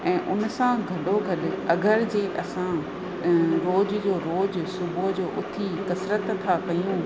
ऐं उन सां गॾो गॾु अगरि जंहिं असां रोज़ जो रोज़ु सुबुह जो उथी कसिरत था कयूं